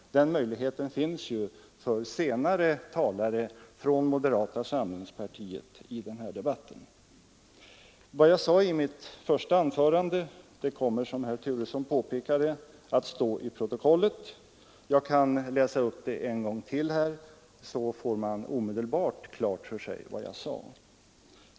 Men den möjligheten finns ju för senare talare från moderata samlingspartiet i denna debatt. Vad jag sade i mitt första anförande kommer att stå i protokollet, som herr Turesson också påpekade, men jag kan här läsa upp det ännu en gång, så får man omedelbart klart för sig vad jag sade.